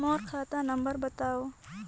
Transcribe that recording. मोर खाता नम्बर बताव?